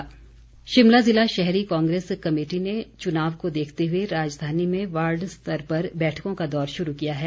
शिमला कांग्रेस शिमला ज़िला शहरी कांग्रेस कमेटी ने चुनाव को देखते हुए राजधानी में वार्ड स्तर पर बैठकों का दौर शुरू किया है